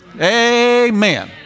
Amen